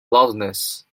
loudness